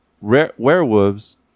werewolves